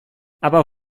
aber